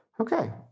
Okay